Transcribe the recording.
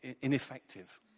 ineffective